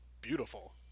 beautiful